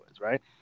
right